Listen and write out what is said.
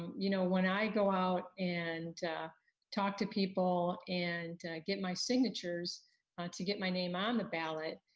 you know when i go out and talk to people and get my signatures to get my name on the ballot,